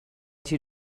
she